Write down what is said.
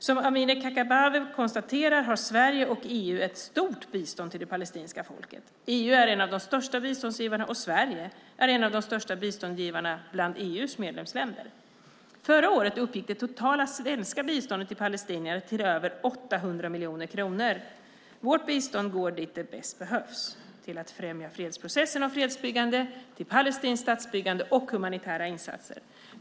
Som Amineh Kakabaveh konstaterar har Sverige och EU ett stort bistånd till det palestinska folket. EU är en av de största biståndsgivarna, och Sverige är en av de största biståndsgivarna bland EU:s medlemsländer. Förra året uppgick det totala svenska biståndet till palestinierna till över 800 miljoner kronor. Vårt bistånd går dit det bäst behövs: till att främja fredsprocessen och fredsbyggande, till palestinskt statsbyggande och humanitära insatser.